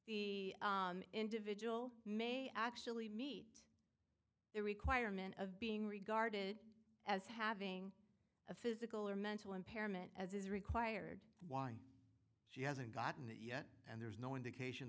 the individual may actually meet the requirement of being regarded as having a physical or mental impairment as is required why she hasn't gotten it yet and there's no indication